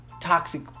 toxic